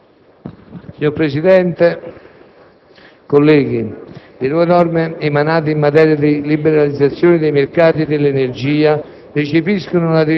Signor Presidente, onorevoli colleghi, le nuove norme emanate in materia di liberalizzazione dei mercati dell'energia